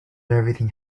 everything